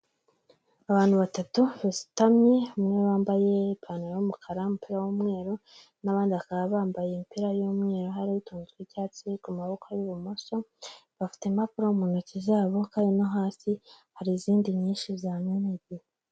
abantu batatu basutamye bamwe bambaye ipantaro yumukara umipira w'umweru n'abandi bakaba bambaye imipira y'umweru hari utuntu tw' icyatsi ku maboko y'ibumoso bafite impapuro mu ntoki zabo kandi no hasi hari izindi nyinshi zamenetse.